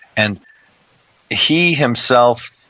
and he himself,